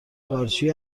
قارچی